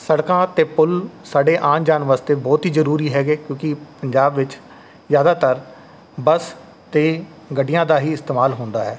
ਸੜਕਾਂ ਅਤੇ ਪੁੱਲ ਸਾਡੇ ਆਉਣ ਜਾਣ ਵਾਸਤੇ ਬਹੁਤ ਹੀ ਜ਼ਰੂਰੀ ਹੈਗੇ ਕਿਉਂਕਿ ਪੰਜਾਬ ਵਿੱਚ ਜ਼ਿਆਦਾਤਰ ਬੱਸ ਅਤੇ ਗੱਡੀਆਂ ਦਾ ਹੀ ਇਸਤੇਮਾਲ ਹੁੰਦਾ ਹੈ